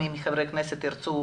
אם מי מחברי הכנסת ירצו,